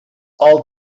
all